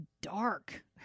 dark